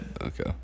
Okay